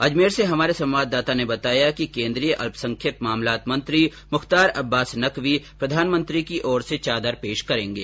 अजमेर से हमारे संवाददाता ने बताया कि केन्द्रीय अल्पसंख्यक मामलात मंत्री मुख्तार अब्बास नकवी प्रधानमंत्री की ओर से चादर पेश करेंगे